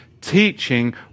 Teaching